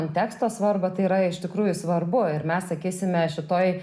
konteksto svarbą tai yra iš tikrųjų svarbu ir mes sakysime šitoj